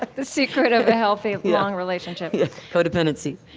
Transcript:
like the secret of a healthy, long relationship yeah, codependency